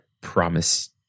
promise